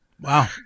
Wow